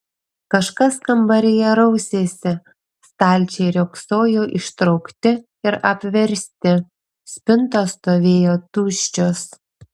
kažkas kambaryje rausėsi stalčiai riogsojo ištraukti ir apversti spintos stovėjo tuščios